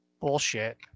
Bullshit